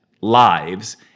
lives